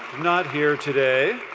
not here today.